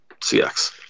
cx